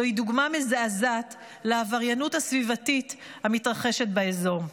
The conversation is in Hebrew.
זוהי דוגמה מזעזעת לעבריינות הסביבתית המתרחשת באזור.